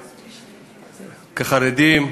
כחרדים,